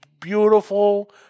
beautiful